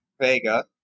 Vega